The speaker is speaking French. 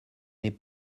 n’est